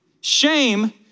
Shame